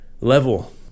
level